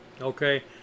Okay